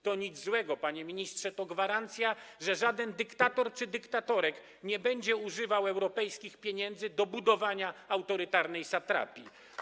To nic złego, panie ministrze, to gwarancja, że żaden dyktator czy dyktatorek nie będzie używał europejskich pieniędzy do budowania autorytarnej satrapii.